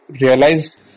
realize